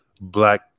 black